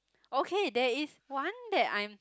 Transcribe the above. okay there is one that I'm